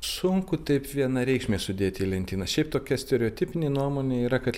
sunku taip vienareikšmiai sudėti į lentynas šiaip tokia stereotipinė nuomonė yra kad